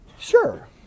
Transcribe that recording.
Sure